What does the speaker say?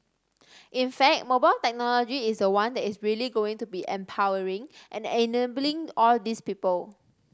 in fact mobile technology is the one that is really going to be empowering and enabling all these people